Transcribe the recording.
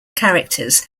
characters